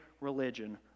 religion